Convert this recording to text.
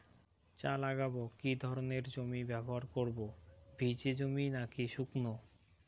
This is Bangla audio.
চা লাগাবো কি ধরনের জমি ব্যবহার করব ভিজে জমি নাকি শুকনো?